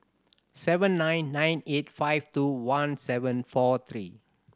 seven nine nine eight five two one seven four three